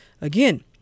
Again